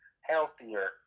healthier